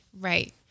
Right